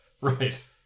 right